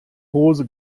hose